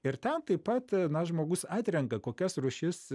ir ten taip pat na žmogus atrenka kokias rūšis